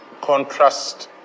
contrast